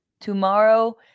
Tomorrow